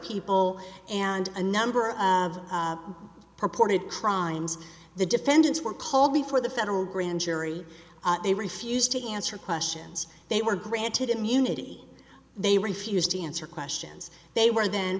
people and a number of purported crimes the defendants were called before the federal grand jury they refused to answer questions they were granted immunity they refused to answer questions they were then